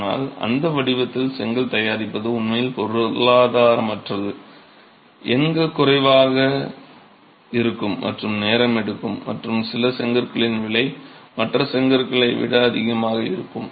ஆனால் அந்த வடிவத்தில் செங்கல் தயாரிப்பது உண்மையில் பொருளாதாரமற்றது எண்கள் குறைவாக இருக்கும் மற்றும் நேரம் எடுக்கும் மற்றும் சில செங்கற்களின் விலை மற்ற செங்கற்களை விட அதிகமாக இருக்கும்